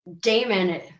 Damon